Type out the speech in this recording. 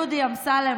דודי אמסלם,